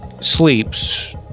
sleeps